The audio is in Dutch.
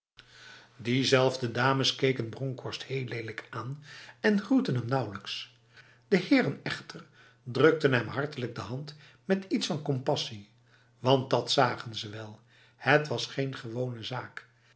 diezelfde dames keken bronkhorst heel lelijk aan en groetten hem nauwelijks de heren echter drukten hem hartelijk de hand met iets van compassie want dat zagen ze wel het was geen gewone zaak